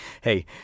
hey